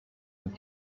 and